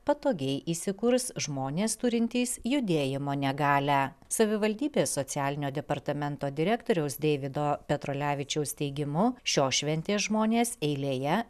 patogiai įsikurs žmonės turintys judėjimo negalią savivaldybės socialinio departamento direktoriaus deivido petrulevičiaus teigimu šios šventės žmonės eilėje